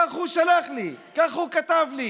כך הוא שלח לי, ככה הוא כתב לי.